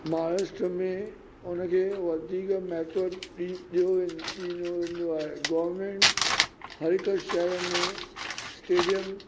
महाराष्ट्रा में हुनखे वधीक महत्व ॾियो ॾिनो वेंदो आहे गोरमेन्ट हर हिक शहर में स्टेडिअम